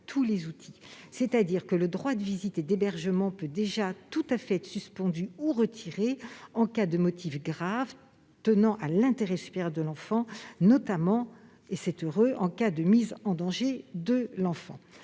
les outils. Le droit de visite et d'hébergement peut déjà être tout à fait suspendu ou retiré en cas de motif grave tenant à l'intérêt supérieur de l'enfant, notamment, et c'est heureux, en cas de mise en danger de celui-ci.